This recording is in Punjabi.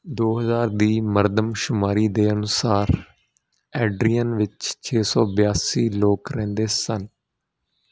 ਦੋ ਹਜ਼ਾਰ ਦੀ ਮਰਦਮਸ਼ੁਮਾਰੀ ਦੇ ਅਨੁਸਾਰ ਐਡਰੀਅਨ ਵਿੱਚ ਛੇ ਸੌ ਬਿਆਸੀ ਲੋਕ ਰਹਿੰਦੇ ਸਨ